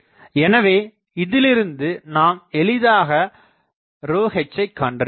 எனவே இதிலிருந்து நாம் எளிதாக hஐ கண்டறியலாம்